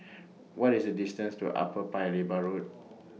What IS The distance to Upper Paya Lebar Road